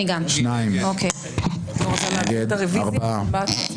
הצבעה לא אושרה הוסרה.